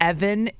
Evan